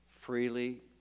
freely